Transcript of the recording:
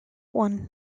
one